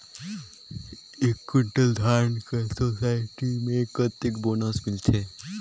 एक कुंटल धान कर सोसायटी मे कतेक बोनस मिलथे?